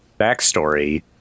backstory